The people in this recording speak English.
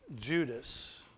Judas